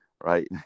right